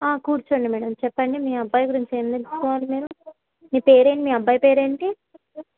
కూర్చోండి మేడం చెప్పండి మీ అబ్బాయి గురించి ఏమి తెలుసుకోవాలి మీరు మీ పేరేంటి మీ అబ్బాయి పేరేంటి